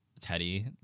Teddy